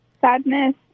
sadness